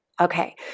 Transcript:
Okay